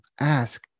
ask